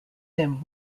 him